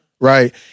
Right